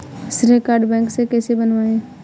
श्रेय card bank से कैसे बनवाएं?